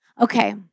Okay